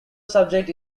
subject